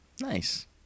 Nice